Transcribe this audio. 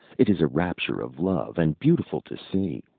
it is a rapture of love, and beautiful to see.